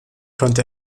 konnte